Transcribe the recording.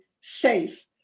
safe